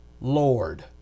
Lord